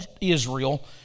Israel